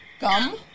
Gum